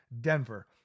Denver